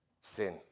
sin